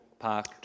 park